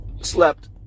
slept